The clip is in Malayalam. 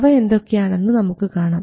അവ എന്തൊക്കെയാണെന്ന് നമുക്ക് കാണാം